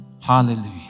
Hallelujah